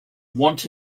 want